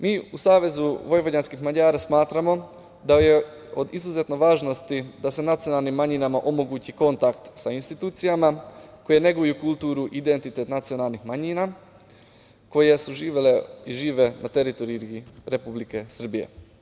Mi u SVM smatramo da je od izuzetne važnosti da se nacionalnim manjinama omogući kontakt sa institucijama koje neguju kulturu i identitet nacionalnih manjina koje su živele i žive na teritoriji Republike Srbije.